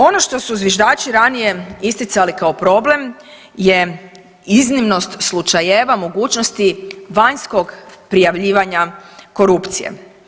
Ono što su zviždači ranije isticali kao problem je iznimnost slučajeva mogućnosti vanjskog prijavljivanja korupcije.